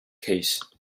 case